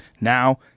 Now